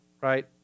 right